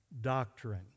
doctrine